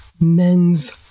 Men's